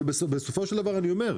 אבל בסופו של דבר, אני אומר,